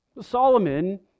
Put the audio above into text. Solomon